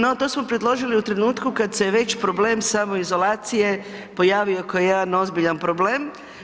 No, to smo predložili u trenutku kada se je već problem samoizolacije pojavio kao jedan ozbiljan problem.